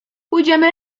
pójdziemy